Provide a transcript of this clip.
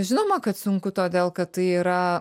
žinoma kad sunku todėl kad tai yra